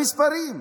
במספרים.